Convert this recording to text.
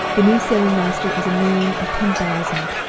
the new sailing-master is a man of ten thousand.